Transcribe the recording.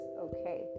Okay